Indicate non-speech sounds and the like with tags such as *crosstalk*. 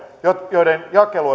joiden jakelu *unintelligible*